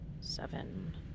seven